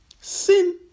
Sin